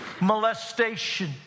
molestation